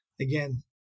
again